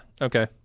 Okay